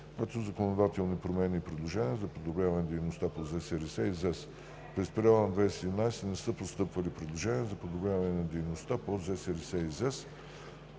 5. Законодателни промени и предложения за подобряване на дейността по ЗСРС и ЗЕС. През периода на 2018 г. не са постъпвали предложения за подобряване на дейността по Закона за